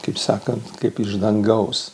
kaip sakant kaip iš dangaus